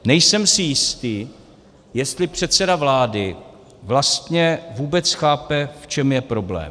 Nejsem si jistý, jestli předseda vlády vlastně vůbec chápe, v čem je problém.